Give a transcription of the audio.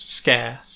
scarce